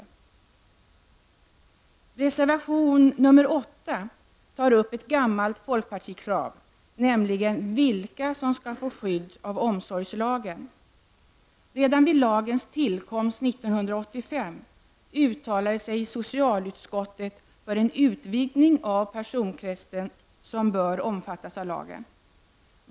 I reservation 8 tas det upp ett gammalt folkpartikrav, som gäller vilka som skall få skydd av omsorgslagen. Redan vid lagens tillkomst 1985 uttalade sig socialutskottet för en utvidgning av den personkrets som bör omfattas av lagen.